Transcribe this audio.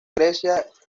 grecia